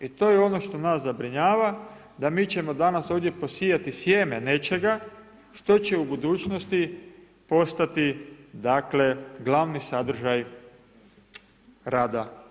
I to je ono što nas zabrinjava da mi ćemo danas ovdje posijati sjeme nečega što će u budućnosti postati glavni sadržaj rada.